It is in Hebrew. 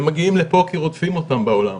הם מגיעים לפה כי רודפים אותם בעולם,